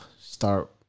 start